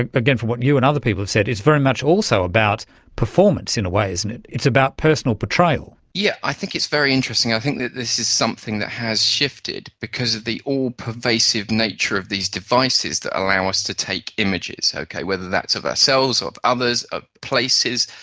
again from what you and other people have said, it's very much also about performance in a way, isn't it, it's about personal portrayal. yes, yeah i think it's very interesting, i think that this is something that has shifted because of the all-pervasive nature of these devices that allow us to take images, whether that's of ourselves or of others, of places,